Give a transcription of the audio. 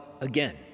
again